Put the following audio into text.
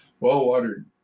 Well-watered